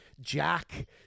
Jack